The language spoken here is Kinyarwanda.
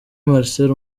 marcel